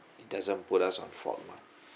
it doesn't put us on forth lah